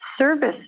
Service